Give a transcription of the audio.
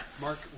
Mark